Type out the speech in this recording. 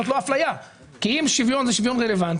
זאת לא אפליה כי אם שוויון הוא שוויון רלוונטי,